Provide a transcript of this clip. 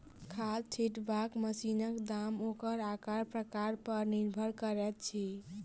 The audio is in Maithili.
खाद छिटबाक मशीनक दाम ओकर आकार प्रकार पर निर्भर करैत अछि